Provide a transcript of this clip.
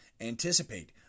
Anticipate